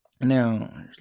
Now